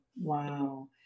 Wow